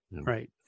Right